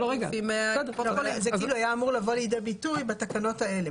זה היה אמור לבוא לידי ביטוי בתקנות האלה.